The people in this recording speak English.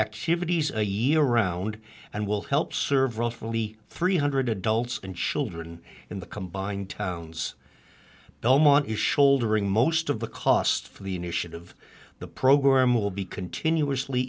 activities a year round and will help serve roughly three hundred adults and children in the combined towns belmont is shouldering most of the cost for the initiative the program will be continuously